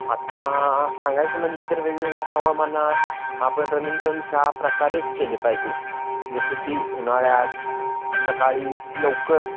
आत्ता सांगायचं म्हणलं तर वेगवेगळ्या हवामानात आपण रनिंग पण थ्रा प्रकारेच केले पाहिजे जसं की उन्हाळ्यात सकाळी लवकर